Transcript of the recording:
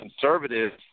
conservatives